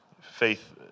faith